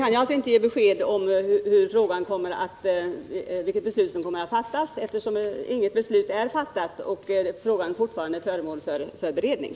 Jag kan alltså inte ge besked om vilket beslut som kommer att fattas, eftersom frågan fortfarande är föremål för beredning.